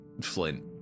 Flint